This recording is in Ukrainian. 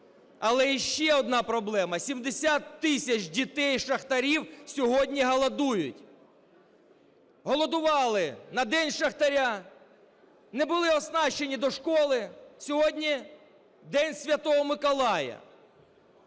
Але іще одна проблема – 70 тисяч дітей шахтарів сьогодні голодують. Голодували на День шахтаря, не були оснащені до школи. Сьогодні День Святого Миколая.